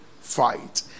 fight